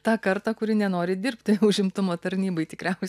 tą kartą kuri nenori dirbti užimtumo tarnybai tikriaus